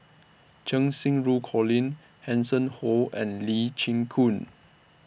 Cheng Xinru Colin Hanson Ho and Lee Chin Koon